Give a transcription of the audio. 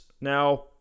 Now